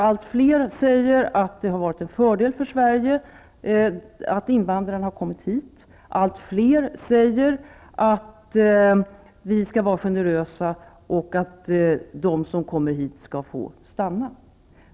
Allt fler säger att det har varit en fördel för Sverige att invandrarna har kommit hit. Allt fler säger att vi skall vara generösa och att de som kommer hit skall få stanna.